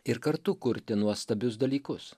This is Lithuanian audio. ir kartu kurti nuostabius dalykus